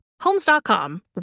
Homes.com